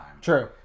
true